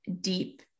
deep